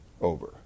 over